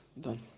done